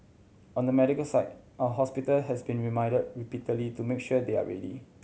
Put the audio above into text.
on the medical side our hospital has been reminded repeatedly to make sure they are ready